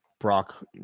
Brock